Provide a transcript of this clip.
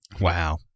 Wow